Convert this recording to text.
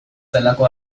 zelako